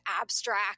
abstract